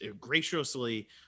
graciously